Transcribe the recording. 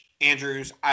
Andrews